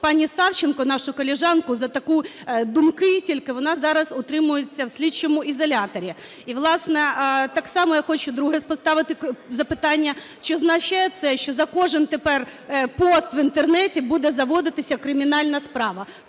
пані Савченко, нашу колежанку, за такі думки тільки вона зараз утримується в слідчому ізоляторі. І, власне, так само я хочу друге поставити запитання. Чи означає це, що за кожен тепер пост в Інтернеті буде заводитися кримінальна справа?